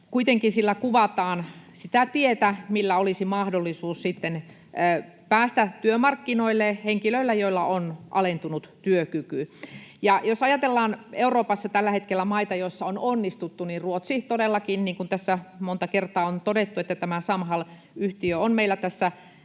kuitenkin sillä kuvataan sitä tietä, millä olisi mahdollisuus päästä työmarkkinoille henkilöillä, joilla on alentunut työkyky. Jos ajatellaan Euroopassa tällä hetkellä maita, joissa on onnistuttu, niin Ruotsi todellakin — niin kuin tässä monta kertaa on todettu, tämä Samhall-yhtiö on meillä tässä